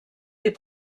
des